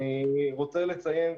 אני רוצה לציין,